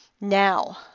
now